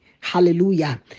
hallelujah